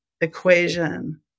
equation